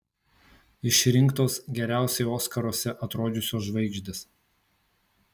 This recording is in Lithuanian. išrinktos geriausiai oskaruose atrodžiusios žvaigždės